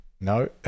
No